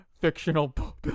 fictional